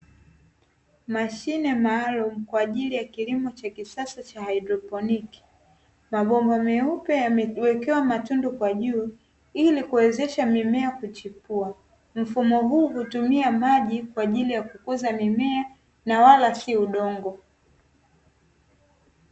Mashine maalumu kwa ajili ya kilimo cha kisasa cha haidroponi, mabomba meupe yamewekewa matundu kwa juu, ili kuwezesha mimea kichipua. Mfumo huu hutumia maji kwa ajili ya kukuza mimea na wala si udongo.